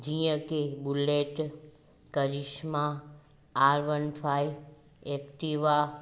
जीअं कि bullet Karizma R one five Activa